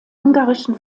ungarischen